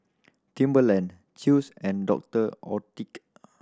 Timberland Chew's and Doctor Oetker